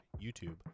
youtube